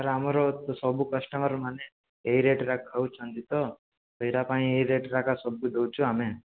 sir ଆମର ସବୁ customer ମାନେ ଏହି ରେଟରେ ଖାଉଛନ୍ତି ତ ସେଇଟା ପାଇଁ ଏହି ରେଟ୍ରେ ଏକା ସବୁ ଦେଉଛୁ ଆମେ